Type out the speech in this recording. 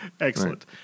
Excellent